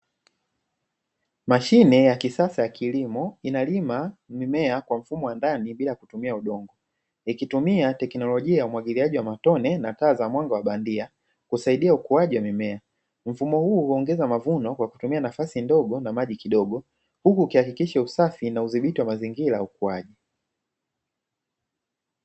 Mashine ya kisasa ya kilimo inalima mimea kwa mfumo wa ndani bila kutumia udongo, ikitumia teknolojia ya umwagiliaji wa matone na taa za mwanga wa bandia. Husaidia ukuaji wa mimea. Mfumo huu huongeza mavuno kwa kutumia nafasi ndogo na maji kidogo, huku ikihakikisha usafi na uthibiti mazingira ya ukuaji.